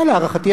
ולהערכתי,